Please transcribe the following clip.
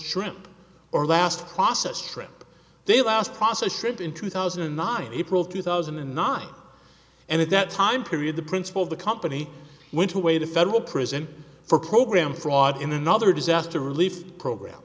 shrimp or last processed shrimp they last process ship in two thousand and nine april two thousand and nine and at that time period the principal of the company went away to federal prison for program fraud in another disaster relief program